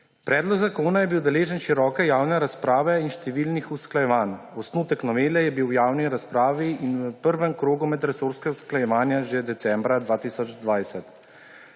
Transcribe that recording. Predlog zakona je bil deležen široke javne razprave in številnih usklajevanj. Osnutek novele je bil v javni razpravi in v prvem krogu medresorskega usklajevanja že decembra 2020.